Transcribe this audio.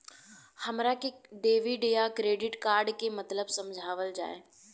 हमरा के डेबिट या क्रेडिट कार्ड के मतलब समझावल जाय?